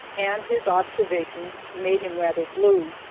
and his observations made him rather blue.